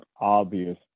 obvious